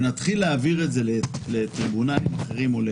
חלק מהשלבים ונתחיל להעביר אותם לטריבונלים אחרים,